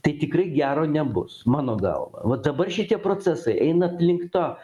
tai tikrai gero nebus mano galva va dabar šitie procesai eina link to